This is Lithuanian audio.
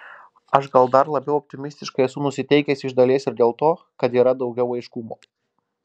aš gal dar labiau optimistiškai esu nusiteikęs iš dalies ir dėl to kad yra daugiau aiškumo